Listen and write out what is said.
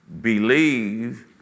believe